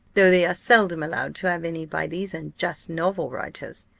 though they are seldom allowed to have any by these unjust novel writers.